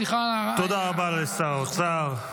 סליחה על --- תודה רבה לשר האוצר.